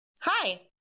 Hi